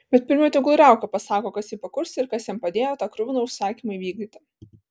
bet pirmiau tegul riauka pasako kas jį pakurstė ir kas jam padėjo tą kruviną užsakymą įvykdyti